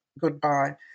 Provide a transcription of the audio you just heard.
goodbye